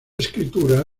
escritura